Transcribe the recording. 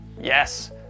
Yes